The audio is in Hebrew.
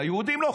ליהודים לא.